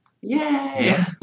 Yay